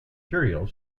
similar